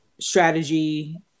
strategy